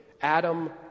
Adam